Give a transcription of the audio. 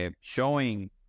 showing